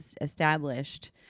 established